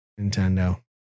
nintendo